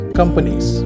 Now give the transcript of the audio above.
companies